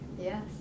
Yes